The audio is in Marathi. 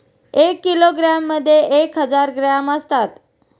एक किलोग्रॅममध्ये एक हजार ग्रॅम असतात